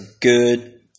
good